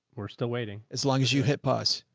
we're still waiting. as long as you hit pause.